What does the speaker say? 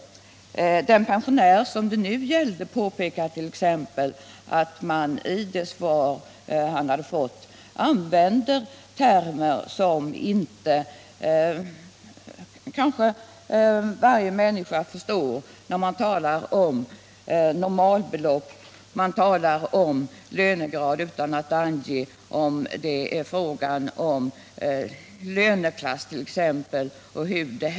Den pensionär som det här gällde påpekade t.ex. att man i det svar som han fick använde termer som inte alla människor förstår. Man talade bl.a. om normalbelopp och lör LL negrad utan att närmare ange vad det innefattar i fråga om löneklasser Om formuleringen och liknande.